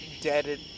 dead